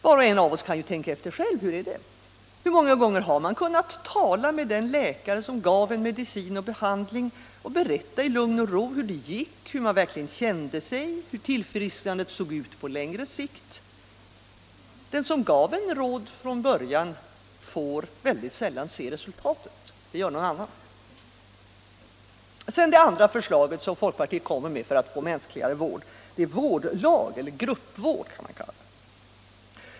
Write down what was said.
Var och en av oss kan ju tänka efter själv: Hur många gånger har man kunnat tala med den läkare som gav en medicin eller en behandling och i lugn och ro berätta hur det gick, hur man verkligen kände sig, hur tillfrisknandet såg ut på längre sikt? Den som gav en råd från början får väldigt sällan se resultatet, det gör någon annan. Det andra förslaget som folkpartiet kommer med för att få en mänskligare vård är ett vårdlag eller gruppvård.